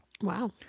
Wow